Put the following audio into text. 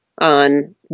on